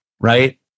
Right